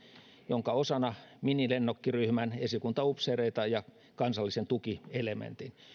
jonka osana minilennokkiryhmän esikuntaupseereita ja kansallisen tukielementin